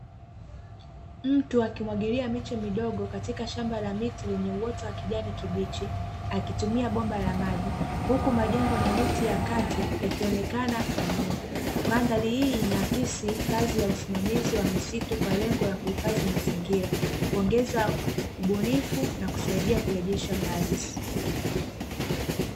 Mtu akimwagilia miche midogo katika shamba la miti lenye uoto wa kijani kibichi akitumia bomba la maji huku majengo na miti ya kati yakionekana kwa nyuma. Mandhali hii inaakisi kazi ya usimamizi wa misitu kwa lengo la kuhifadhi mazingira kuongeza ubunifu nakusaidia kurejesha uhalisi.